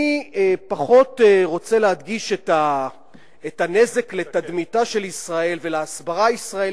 אני פחות רוצה להדגיש את הנזק לתדמיתה של ישראל ולהסברה הישראלית,